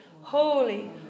holy